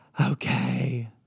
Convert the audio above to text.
Okay